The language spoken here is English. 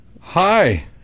Hi